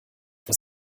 was